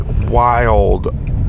wild